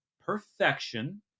perfection